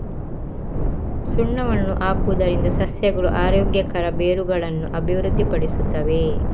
ಸುಣ್ಣವನ್ನು ಹಾಕುವುದರಿಂದ ಸಸ್ಯಗಳು ಆರೋಗ್ಯಕರ ಬೇರುಗಳನ್ನು ಅಭಿವೃದ್ಧಿಪಡಿಸುತ್ತವೆ